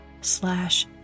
slash